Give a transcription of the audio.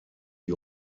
die